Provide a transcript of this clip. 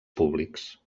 públics